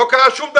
לא קרה שום דבר.